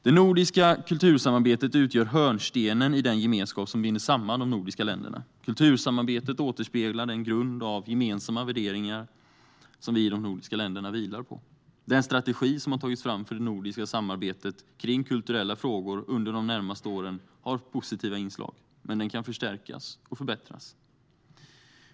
Det nordiska kultursamarbetet utgör hörnstenen i den gemenskap som binder samman de nordiska länderna. Kultursamarbetet återspeglar den grund av gemensamma värderingar som vi i de nordiska länderna vilar på. Den strategi som har tagits fram för det nordiska samarbetet kring kulturella frågor under de närmaste åren har positiva inslag, men den kan förstärkas och förbättras.